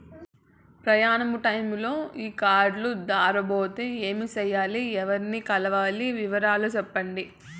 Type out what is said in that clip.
ప్రయాణ టైములో ఈ కార్డులు దారబోతే ఏమి సెయ్యాలి? ఎవర్ని కలవాలి? వివరాలు సెప్పండి?